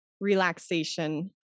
relaxation